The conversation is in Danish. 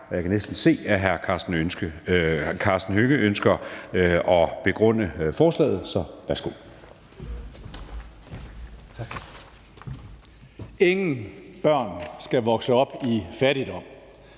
Jeg kan næsten se, at hr. Karsten Hønge ønsker at begrunde forslaget, så værsgo. Kl. 19:30 Begrundelse (Ordfører for